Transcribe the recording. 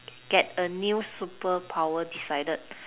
get a new superpower decided